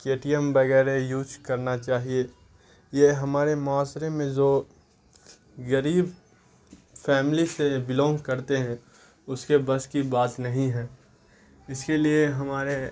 کے T M وغیرہ use کرنا چاہیے یہ ہمارے معاشرے میں جو غریب فیملی سے بلونگ کرتے ہیں اس کے بس کی بات نہیں ہے اس کے لیے ہمارے